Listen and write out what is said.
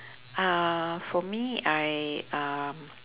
uh for me I um